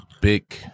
big